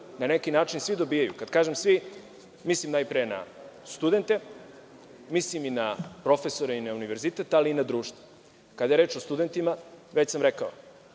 na neki način svi dobijaju. Kada kažem svi, mislim najpre na studente, mislim i na profesore i na univerzitet, ali i na društvo. Kada je reč o studentima, već sam rekao,